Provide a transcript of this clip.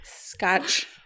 Scotch